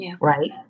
right